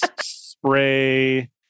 spray